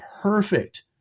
perfect